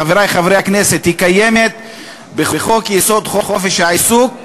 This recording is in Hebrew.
חברת "עמיגור" הקצתה את השטח ביחד עם הסוכנות